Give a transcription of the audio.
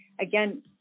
again